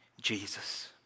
Jesus